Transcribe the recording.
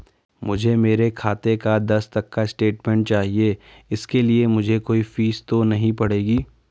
मुझे मेरे खाते का दस तक का स्टेटमेंट चाहिए इसके लिए मुझे कोई फीस तो नहीं पड़ेगी?